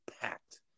packed